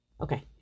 Okay